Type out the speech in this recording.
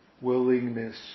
willingness